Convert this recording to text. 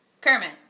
Kermit